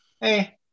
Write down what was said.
hey